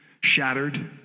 shattered